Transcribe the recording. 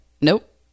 Nope